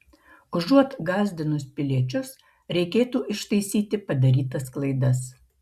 užuot gąsdinus piliečius reikėtų ištaisyti padarytas klaidas